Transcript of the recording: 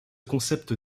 concept